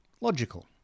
logical